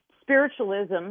spiritualism